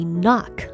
knock